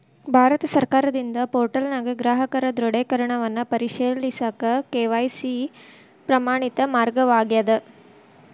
ಭಾರತ ಸರ್ಕಾರದಿಂದ ಪೋರ್ಟಲ್ನ್ಯಾಗ ಗ್ರಾಹಕರ ದೃಢೇಕರಣವನ್ನ ಪರಿಶೇಲಿಸಕ ಕೆ.ವಾಯ್.ಸಿ ಪ್ರಮಾಣಿತ ಮಾರ್ಗವಾಗ್ಯದ